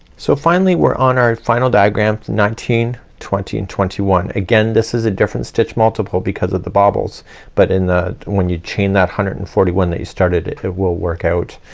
so finally we're on our final diagram nineteen, twenty and twenty one. again this is a different stitch multiple because of the bobbles but in the when you chain that one hundred and forty one that you started it will work out.